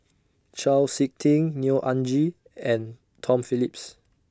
Chau Sik Ting Neo Anngee and Tom Phillips